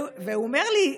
הוא אומר לי: